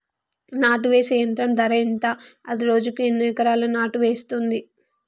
నాటు వేసే యంత్రం ధర ఎంత? అది రోజుకు ఎన్ని ఎకరాలు నాటు వేస్తుంది?